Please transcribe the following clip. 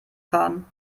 fahren